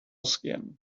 skin